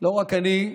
לא רק אני,